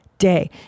day